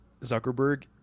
Zuckerberg